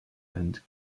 and